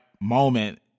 moment